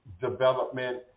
development